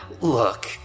look